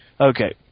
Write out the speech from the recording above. okay